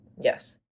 Yes